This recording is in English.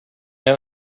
out